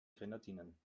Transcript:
grenadinen